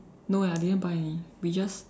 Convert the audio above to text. no eh I didn't buy any we just